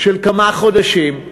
של כמה חודשים,